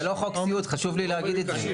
זה לא חוק סיעוד, חשוב לי להגיד את זה.